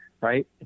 right